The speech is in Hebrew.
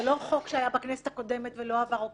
זה לא חוק שהיה בכנסת הקודמת ולא עבר או